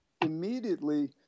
immediately